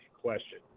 question